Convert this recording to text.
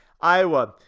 Iowa